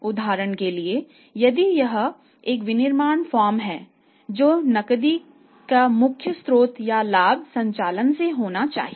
उदाहरण के लिए यदि यह एक विनिर्माण फर्म है तो नकदी का मुख्य स्रोत या लाभ संचालन से होना चाहिए